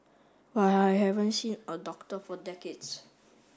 but I haven't seen a doctor for decades